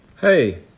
Hey